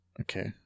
Okay